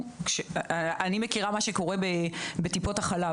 אני מכירה מה שקורה בטיפות החלב,